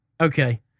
Okay